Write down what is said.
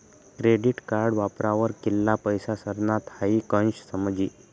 credit card वापरावर कित्ला पैसा सरनात हाई कशं समजी